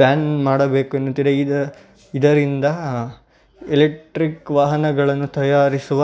ban ಮಾಡಬೇಕು ಎನ್ನುತ್ತಿದೆ ಈದ ಇದರಿಂದ ಎಲೆಟ್ರಿಕ್ ವಾಹನಗಳನ್ನು ತಯಾರಿಸುವ